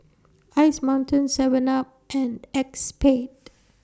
Ice Mountain Seven up and ACEXSPADE